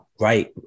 Right